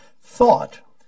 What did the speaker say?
Thought